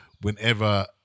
whenever